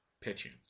pitching